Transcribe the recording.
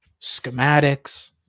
schematics